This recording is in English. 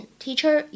teacher